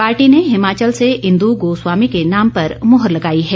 party ने हिमाचल रो इंदु गोस्वामी के नाम पर मोहर लगाई है